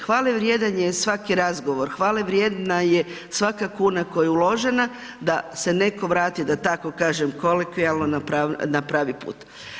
Hvalevrijedan je svaki razgovor, hvalevrijedna je svaka kuna koja je uložena da se neko vati da tako kažem kolokvijalno, na pravi put.